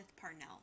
Parnell